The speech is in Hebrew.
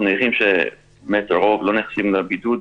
אנחנו מניחים שהרוב לא נכנסים לבידוד,